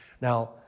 Now